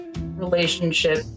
relationship